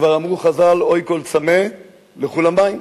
כבר אמרו חז"ל: "אוי כל צמא לכו למים,